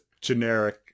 generic